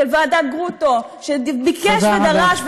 של ועדת גרוטו, שביקש ודרש, תודה רבה.